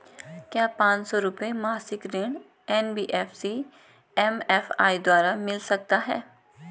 क्या पांच सौ रुपए मासिक ऋण एन.बी.एफ.सी एम.एफ.आई द्वारा मिल सकता है?